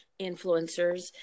influencers